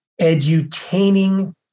Edutaining